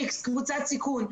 איקס קבוצת סיכון,